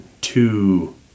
two